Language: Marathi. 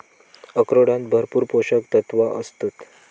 अक्रोडांत भरपूर पोशक तत्वा आसतत